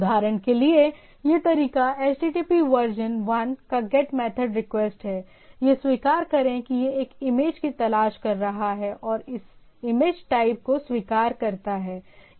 उदाहरण के लिए यह तरीका HTTP वर्जन 1 का गेट मेथड रिक्वेस्ट है यह स्वीकार करें कि यह एक इमेज की तलाश कर रहा है और इस इमेज टाइप को स्वीकार करता है